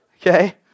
Okay